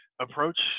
approach